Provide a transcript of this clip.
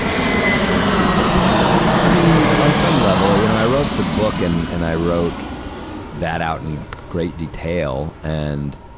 going to her place? i mean, on some level, you know. i wrote the book, and, and i wrote that out in great detail. and,